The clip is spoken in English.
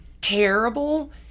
terrible